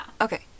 Okay